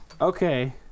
Okay